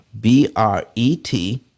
B-R-E-T